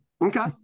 Okay